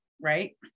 right